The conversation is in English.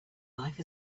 life